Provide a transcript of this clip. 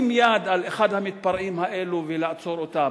יד על אחד המתפרעים האלה ולעצור אותם,